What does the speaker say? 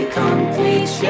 complete